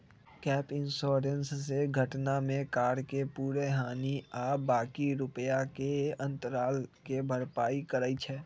gap insurance से घटना में कार के पूरे हानि आ बाँकी रुपैया के अंतराल के भरपाई करइ छै